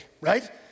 right